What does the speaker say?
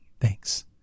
Thanks